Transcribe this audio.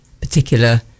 particular